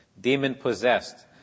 demon-possessed